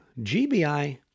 GBI